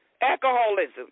alcoholism